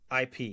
IP